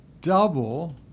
double